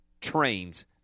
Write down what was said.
Trains